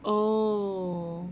oh